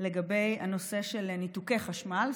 לגבי הנושא של ניתוקי חשמל.